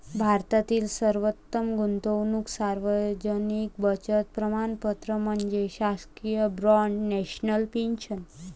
भारतातील सर्वोत्तम गुंतवणूक सार्वजनिक बचत प्रमाणपत्र म्हणजे शासकीय बाँड नॅशनल पेन्शन